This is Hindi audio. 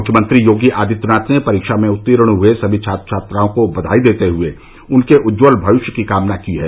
मुख्यमंत्री योगी आदित्यनाथ ने परीक्षा में उत्तीर्ण हुए सभी छात्र छात्राओं को बधाई देते हुए उनके उज्ज्वल भविष्य की कामना की है